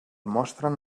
mostren